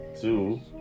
Two